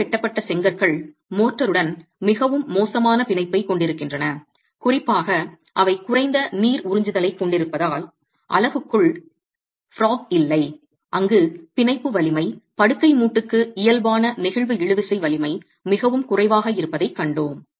கம்பி வெட்டப்பட்ட செங்கற்கள் மோர்டருடன் மிகவும் மோசமான பிணைப்பைக் கொண்டிருக்கின்றன குறிப்பாக அவை குறைந்த நீர் உறிஞ்சுதலைக் கொண்டிருப்பதால் அலகுக்குள் தவளை இல்லை அங்கு பிணைப்பு வலிமை படுக்கை மூட்டுக்கு இயல்பான நெகிழ்வு இழுவிசை வலிமை மிகவும் குறைவாக இருப்பதைக் கண்டோம்